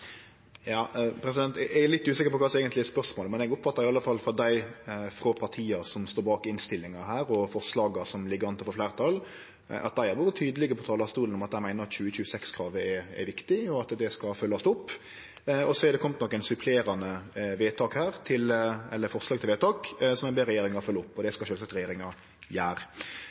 Eg er litt usikker på kva som eigentleg er spørsmålet, men eg oppfattar iallfall at når det gjeld dei partia som står bak denne innstillinga, og dei forslaga som ligg an til å få fleirtal, har ein vore tydeleg på talarstolen om at ein meiner 2026-kravet er viktig, og at det skal følgjast opp. Det er kome nokre supplerande forslag til vedtak her, som ein ber regjeringa følgje opp, og det skal sjølvsagt regjeringa gjere.